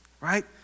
right